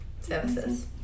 services